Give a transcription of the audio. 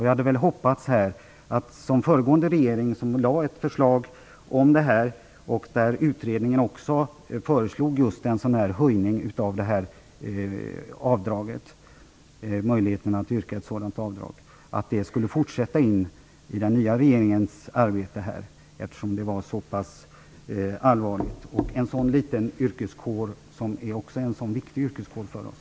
Jag hade hoppats att den nya regeringen, efter det att den föregående regeringen lade fram ett förslag om detta och också en utredning föreslog en höjning av avdraget, skulle fortsätta arbetet med detta, eftersom det är en så pass allvarlig fråga och gäller en så liten men viktig yrkeskår för oss.